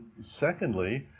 secondly